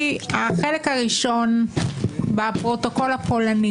היא החלק הראשון בפרוטוקול הפולני.